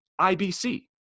IBC